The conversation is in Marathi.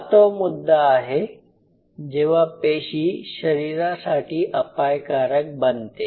हा तो मुद्दा आहे जेव्हा पेशी शरीरासाठी अपायकारक बनते